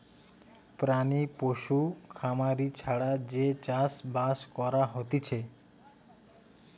প্রাণী পশু খামারি ছাড়া যে চাষ বাস করা হতিছে